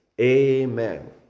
amen